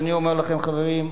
אני אומר לכם, חברים: